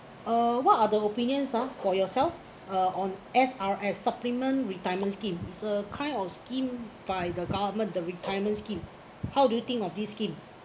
uh what other opinions ah for yourself uh on S_R_S supplement retirement scheme is a kind of scheme by the government the retirement scheme how do you think of this scheme